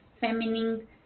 feminine